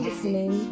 Listening